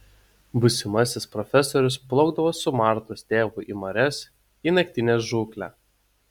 būsimasis profesorius plaukdavo su martos tėvu į marias į naktinę žūklę